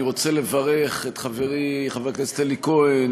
אני רוצה לברך את חברי חבר הכנסת אלי כהן,